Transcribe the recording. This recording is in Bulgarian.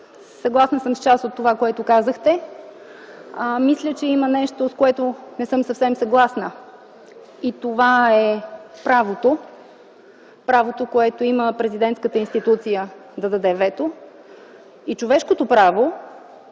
съгласна съм с част от това, което казахте. Мисля, че има нещо, с което не съм съвсем съгласна и това е правото, което има президентската институция да наложи вето, и човешкото право